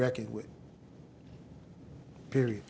reckoned with period